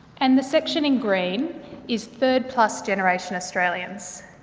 and the section in green is third-plus generation australians.